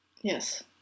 Yes